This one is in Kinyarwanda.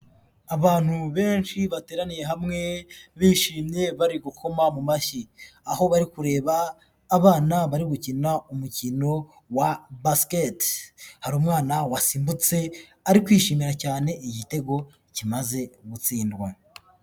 Abantu benshi bateraniye hamwe bishimye bari gukoma mu mashyi, aho bari kureba abana bari gukina umukino wa basket, hari umwana wasimbutse ari kwishimira cyane igitego kimaze gutsindwa.